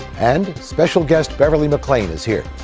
and special guest beverly mcclain is here.